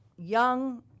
Young